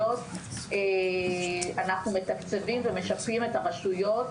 ובו אנחנו מתקצבים ומשפים את הרשויות,